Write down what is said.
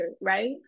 right